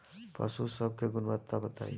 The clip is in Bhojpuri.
पशु सब के गुणवत्ता बताई?